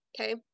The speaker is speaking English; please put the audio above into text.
Okay